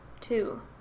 two